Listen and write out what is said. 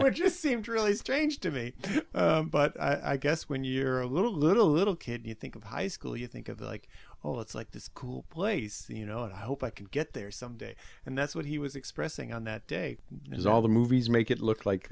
but just seemed really strange to me but i guess when you're a little little little kid you think of high school you think of the like all it's like this cool place you know and i hope i can get there someday and that's what he was expressing on that day because all the movies make it look like